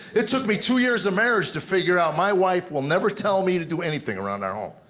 it took me two years of marriage to figure out my wife will never tell me to do anything around our home.